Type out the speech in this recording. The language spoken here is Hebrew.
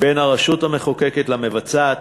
בין הרשות המחוקקת למבצעת.